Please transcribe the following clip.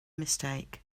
mistake